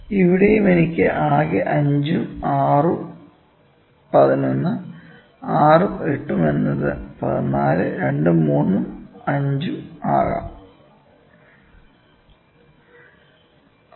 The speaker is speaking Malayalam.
ഇവിടെയും എനിക്ക് ആകെ 5 ഉം 6 ഉം 11 6 ഉം 8 എന്നത് 14 2 ഉം 3 ഉം 5 ഉം ആകാം